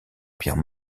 pierre